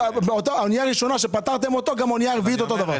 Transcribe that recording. האוניה הראשונה שפטרתם אותו - גם הרביעית אותו דבר.